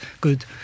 good